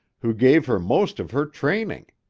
who gave her most of her training.